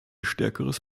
stärkeres